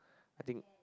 I think